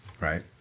right